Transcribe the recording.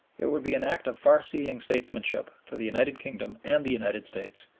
it would be an act of far-seeing statesmanship for the united kingdom and the united states,